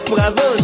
Bravo